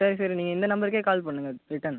சரி சார் நீங்கள் இந்த நம்பருக்கே கால் பண்ணுங்கள் ரிட்டன்